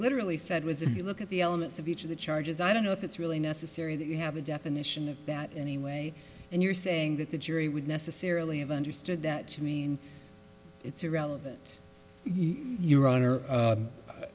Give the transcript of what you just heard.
literally said was if you look at the elements of each of the charges i don't know if it's really necessary that you have a definition of that anyway and you're saying that the jury would necessarily have understood that to mean it's irrelevant your hon